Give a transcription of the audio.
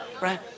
Right